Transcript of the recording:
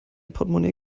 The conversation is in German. portmonee